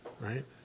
right